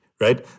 right